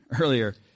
earlier